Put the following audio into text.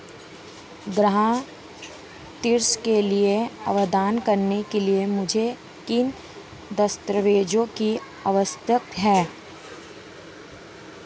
गृह ऋण के लिए आवेदन करने के लिए मुझे किन दस्तावेज़ों की आवश्यकता है?